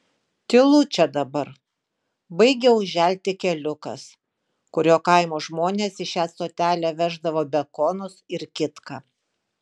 tylu čia dabar baigia užželti keliukas kuriuo kaimo žmonės į šią stotelę veždavo bekonus ir kitką